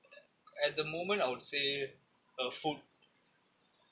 at the moment I would say uh food